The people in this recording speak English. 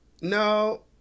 No